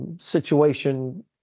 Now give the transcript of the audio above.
situation